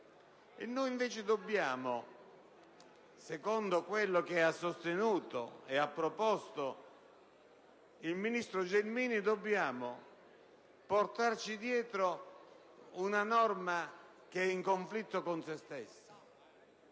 ore. Invece, secondo quello che ha sostenuto e ha proposto il ministro Gelmini, dobbiamo portarci dietro una norma che è in conflitto con se stessa.